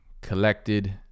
collected